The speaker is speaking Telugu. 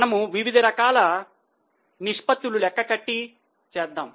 మనము వివిధ రకాల నిష్పత్తులు లెక్కకట్టి చేద్దాం